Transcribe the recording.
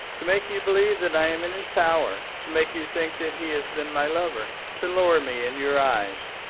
to make you believe that i am in his power to make you think that he has been my lover to lower me in your eyes,